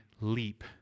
leap